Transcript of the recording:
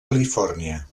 califòrnia